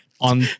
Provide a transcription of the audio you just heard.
On